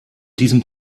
diesem